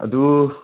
ꯑꯗꯨ